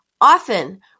Often